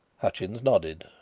hutchins nodded,